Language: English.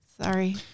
Sorry